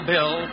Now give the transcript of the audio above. Bill